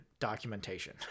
documentation